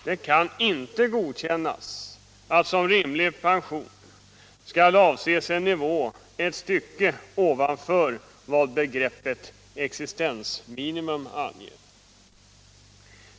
Det kan inte godkännas att med en rimlig pension skall avses en nivå ett stycke ovanför vad begreppet existensminimum anger.